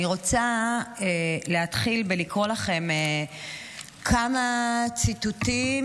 אני רוצה להתחיל בלקרוא לכם כמה ציטוטים